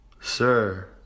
Sir